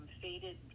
faded